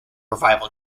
revival